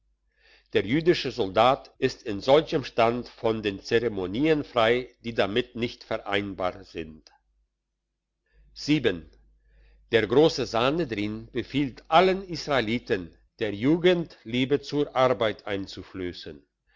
der jüdische soldat ist in solchem stand von den zeremonien frei die damit nicht vereinbar sind der grosse sanhedrin befiehlt allen israeliten der jugend liebe zur arbeit